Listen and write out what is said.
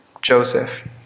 Joseph